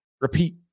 repeat